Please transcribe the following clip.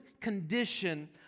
condition